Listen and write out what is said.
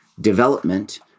development